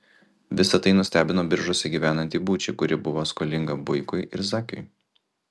visa tai nustebino biržuose gyvenantį būčį kuri buvo skolingas buikui ir zakiui